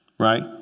Right